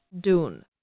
dune